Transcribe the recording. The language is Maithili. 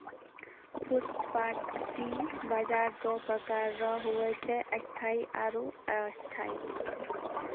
फुटपाटी बाजार दो प्रकार रो हुवै छै स्थायी आरु अस्थायी